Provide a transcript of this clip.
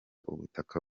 ubutaka